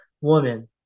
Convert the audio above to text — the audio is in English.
Woman